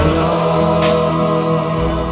love